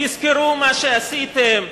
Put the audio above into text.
תזכרו מה שעשיתם,